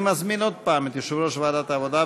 אושרה כנדרש בשלוש קריאות.